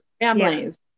families